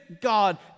God